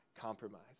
compromise